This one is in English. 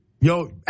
Yo